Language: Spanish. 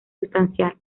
sustancial